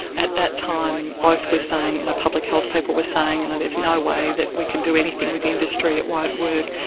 at that time both were saying, and public health people were saying, you and know, there's no way that we can do anything with the industry, it won't work.